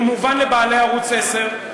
הוא מובן לבעלי ערוץ 10,